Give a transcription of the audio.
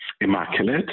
Immaculate